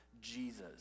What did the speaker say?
Jesus